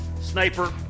Sniper